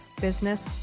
business